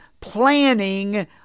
planning